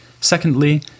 Secondly